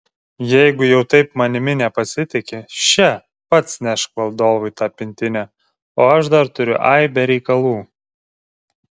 jeigu jau taip manimi nepasitiki še pats nešk valdovui tą pintinę o aš dar turiu aibę reikalų